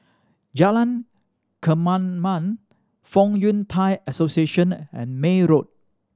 Jalan Kemaman Fong Yun Thai Association and May Road